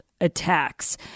attacks